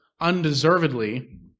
undeservedly